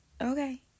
okay